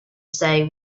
stay